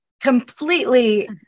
completely